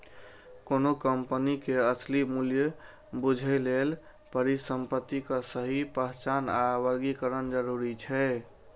कोनो कंपनी के असली मूल्य बूझय लेल परिसंपत्तिक सही पहचान आ वर्गीकरण जरूरी होइ छै